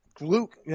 Luke